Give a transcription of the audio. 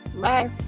Bye